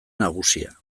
nagusia